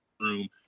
room